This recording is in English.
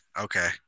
okay